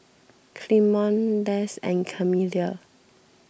Clemon Les and Camila